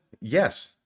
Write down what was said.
Yes